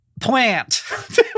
plant